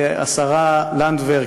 השרה לנדבר,